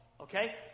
Okay